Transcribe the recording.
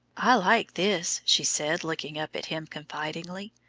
i like this, she said, looking up at him confidingly.